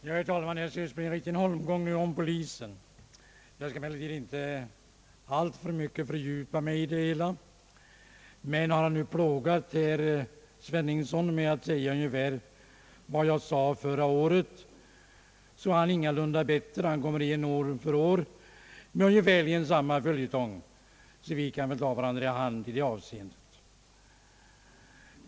Herr talman! Här tycks det nu bli en liten holmgång när det gäller polisen. Jag skall emellertid inte fördjupa mig alltför mycket i det hela. Men när herr Sveningsson har beskyllt mig för att nu säga ungefär detsamma som jag sade förra året, är han ingalunda bättre när han kommer igen år efter år med ungefär samma följetong — vi kan alltså ta varandra i hand i detta avseende.